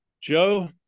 joe